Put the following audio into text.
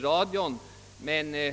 fram den.